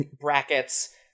brackets